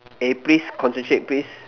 eh please concentrate please